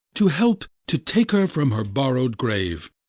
to help to take her from her borrow'd grave,